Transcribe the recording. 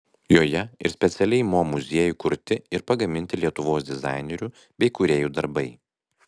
joje ir specialiai mo muziejui kurti ir pagaminti lietuvos dizainerių bei kūrėjų darbai